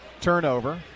turnover